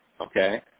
okay